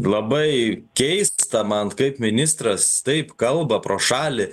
labai keista man kaip ministras taip kalba pro šalį